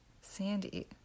sandy